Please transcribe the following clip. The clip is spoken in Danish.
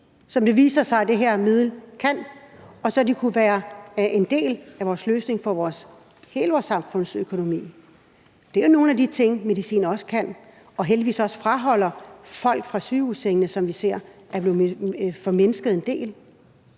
som det viser sig det her middel kan, kunne det være en del af vores løsning for hele vores samfundsøkonomi. Det er nogle af de ting, medicin også kan, og som heldigvis også holder folk væk fra sygehussengene, som vi ser det er blevet bedre med.